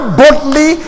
boldly